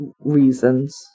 reasons